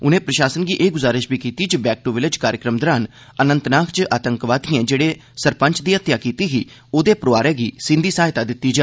उनें प्रशासन गी एह् गुजारिश बी कीती जे बैक दू विलेज कार्यक्रम दौरान अनंतनाग च आतंकवादिए आसेआ जेहड़े सरपंच दी हत्तेआ कीती गेई ही ओह्दे परोआरै गी सींघी सहायता दित्ती जा